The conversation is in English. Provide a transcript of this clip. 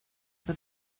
but